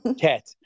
Cat